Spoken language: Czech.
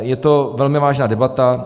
Je to velmi vážná debata.